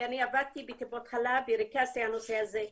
ואני עבדתי בטיפות חלב וריכזתי את הנושא הזה,